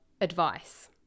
advice